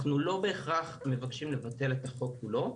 אנחנו לא בהכרח מבקשים לבטל את החוק כולו,